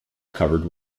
covered